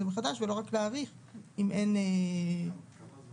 מחדש ולא רק להאריך אם אין בזה צורך.